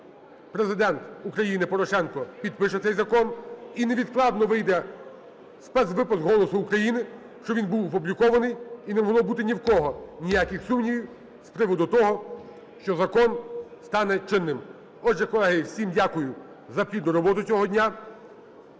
Президент України Порошенко підпише цей закон. І невідкладно вийде спецвипуск "Голосу України", щоб він був опублікований і не могло бути ні в кого ніяких сумнівів з приводу того, що закон стане чинним. Отже, колеги, всім дякую за плідну роботу цього дня.